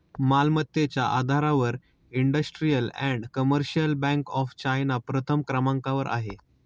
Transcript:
मालमत्तेच्या आधारावर industrial and commercial bank of China प्रथम क्रमांकावर आहे